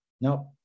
Nope